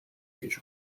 asia